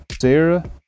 Sarah